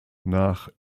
nach